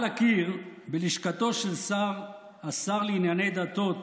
על הקיר בלשכתו של השר לענייני דתות